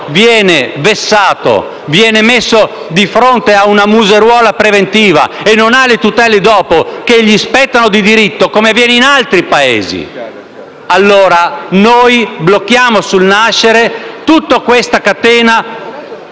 viene vessato, viene messo di fronte a una museruola preventiva e non ha le tutele dopo che gli spettano di diritto, come avviene in altri Paesi, allora noi blocchiamo sul nascere tutta questa catena